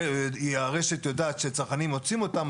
והרשת יודעת שצרכנים רוצים אותם,